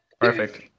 Perfect